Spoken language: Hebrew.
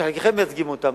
שחלקכם מייצגים אותם,